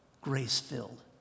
grace-filled